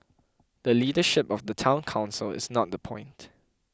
the leadership of the Town Council is not the point